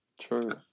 True